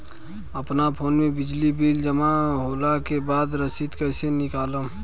अपना फोन मे बिजली बिल जमा होला के बाद रसीद कैसे निकालम?